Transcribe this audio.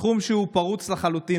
תחום שהוא פרוץ לחלוטין.